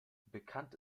bekannt